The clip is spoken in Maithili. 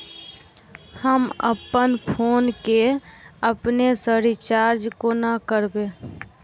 हम अप्पन फोन केँ अपने सँ रिचार्ज कोना करबै?